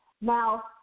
Now